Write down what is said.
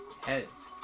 Heads